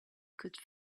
could